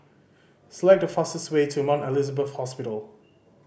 select the fastest way to Mount Elizabeth Hospital